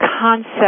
concept